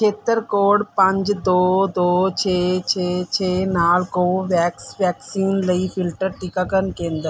ਖੇਤਰ ਕੋਡ ਪੰਜ ਦੋ ਦੋ ਛੇ ਛੇ ਛੇ ਨਾਲ ਕੋਵੈਕਸ ਵੈਕਸੀਨ ਲਈ ਫਿਲਟਰ ਟੀਕਾਕਰਨ ਕੇਂਦਰ